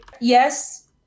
Yes